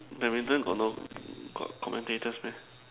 badminton got no got commentators meh